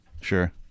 Sure